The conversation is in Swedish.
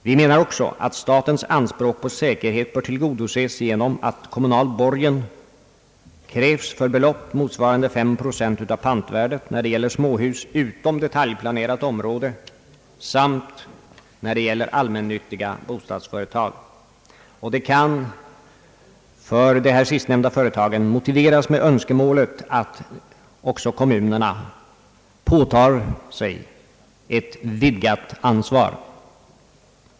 Vi menar också att statens anspråk på säkerhet bör tillgodoses genom att kommunal borgen krävs för belopp motsvarande 5 procent av pantvärdet, när det gäller småhus utom detaljplanerat område samt när det gäller allmännyttiga bostadsföretag. Detta kan för de sistnämnda företagen motiveras med önskemålet om att också kommunerna påtager sig ett vidgat ansvar.